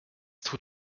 tut